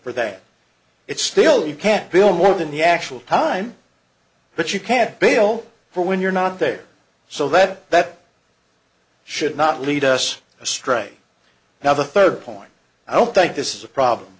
for that it's still you can't build more than the actual time but you can't bail for when you're not there so that that should not lead us astray now the third point i don't think this is a problem